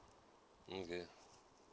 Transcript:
mm okay